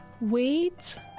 Weeds